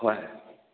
ꯍꯣꯏ